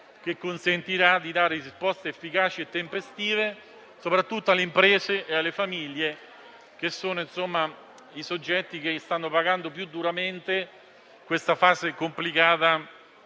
consentirà di dare risposte efficaci e tempestive soprattutto alle imprese e alle famiglie, che sono i soggetti che stanno pagando più duramente in questa fase complicata